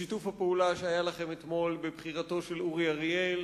שיתוף הפעולה שהיה לכם אתמול בבחירתו של אורי אריאל